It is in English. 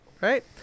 Right